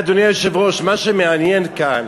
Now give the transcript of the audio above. תראה, אדוני היושב-ראש, מה שמעניין כאן.